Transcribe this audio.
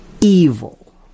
evil